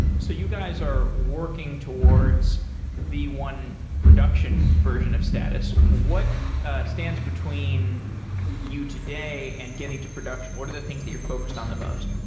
so you guys are working towards the one production version of status. what stands between you today and getting to production? what are the things that you're focused on the most?